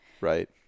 right